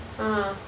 ah